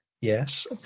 Yes